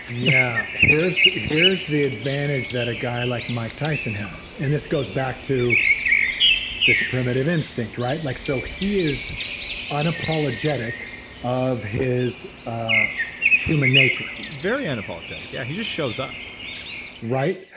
and yeah, here's here's the advantage that a guy like mike tyson has, and this goes back to this primitive instinct, right? like so he is unapologetic of his ah human nature very unapologetic. yeah, he just shows up right?